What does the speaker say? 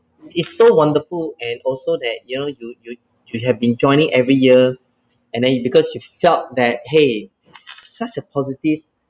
is so wonderful and also that you know you you you have been joining every year and then it because you felt that !hey! such a positive